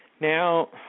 Now